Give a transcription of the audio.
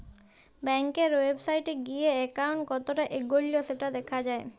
ব্যাংকের ওয়েবসাইটে গিএ একাউন্ট কতটা এগল্য সেটা দ্যাখা যায়